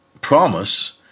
promise